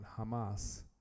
Hamas